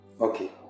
Okay